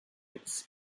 its